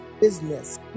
Business